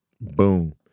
Boom